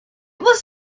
was